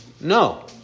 No